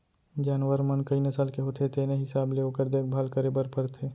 जानवर मन कई नसल के होथे तेने हिसाब ले ओकर देखभाल करे बर परथे